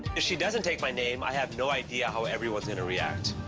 if she doesn't take my name, i have no idea how everyone's gonna react.